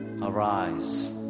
arise